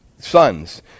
sons